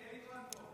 אלי כהן פה.